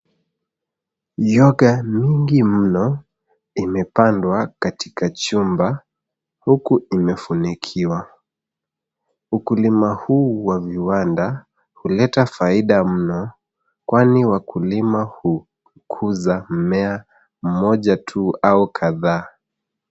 Yoga mingi mno imepandwa katika chumba huku imefunikiwa. Ukulima huu wa viwanda huleta faida mno kwani wakulima hukuza mmea mmoja tu au kadhaa.